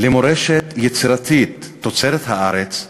למורשת יצירתית תוצרת הארץ,